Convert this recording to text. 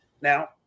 now